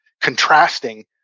contrasting